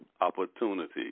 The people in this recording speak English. opportunity